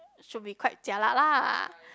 should be quite jialat lah